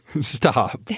Stop